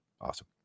awesome